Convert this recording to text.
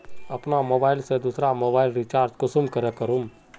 अपना मोबाईल से दुसरा मोबाईल रिचार्ज कुंसम करे करूम?